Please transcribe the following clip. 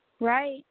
Right